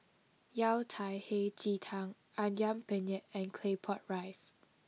Yao Cai Hei Ji Tang Ayam Penyet and Claypot Rice